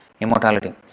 immortality